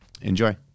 Enjoy